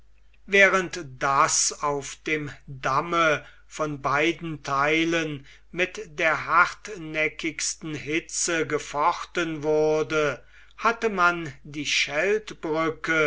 während daß auf dem damme von beiden theilen mit der hartnäckigsten hitze gefochten wurde hatte man die